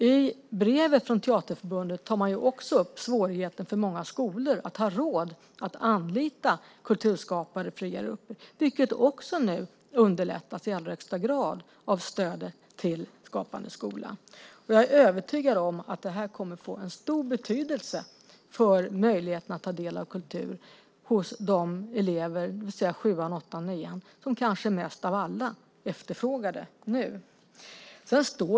I brevet från Teaterförbundet tar man också upp svårigheten för många skolor att ha råd att anlita kulturskapare och fria grupper, vilket nu underlättas i allra högsta grad av stödet till Skapande skola. Jag är övertygad om att det kommer att få en stor betydelse för möjligheten att ta del av kultur hos de elever, det vill säga i sjuan, åttan och nian, som kanske mest av alla efterfrågar det nu.